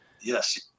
Yes